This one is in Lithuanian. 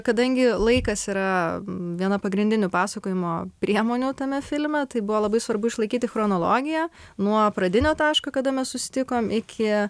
kadangi laikas yra viena pagrindinių pasakojimo priemonių tame filme tai buvo labai svarbu išlaikyti chronologiją nuo pradinio taško kada mes susitikom iki